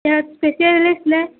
তেওঁ স্পেচেয়েলিষ্টনে